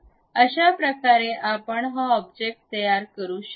अशाप्रकारे आपण हा ऑब्जेक्ट तयार करू शकतो